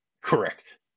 Correct